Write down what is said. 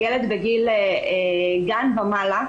ילד בגיל גן ומעלה,